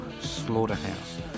slaughterhouse